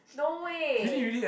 no way